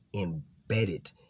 embedded